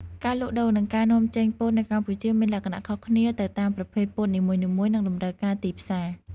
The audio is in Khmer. ការលក់ដូរ និងការនាំចេញពោតនៅកម្ពុជាមានលក្ខណៈខុសគ្នាទៅតាមប្រភេទពោតនីមួយៗ និងតម្រូវការទីផ្សារ។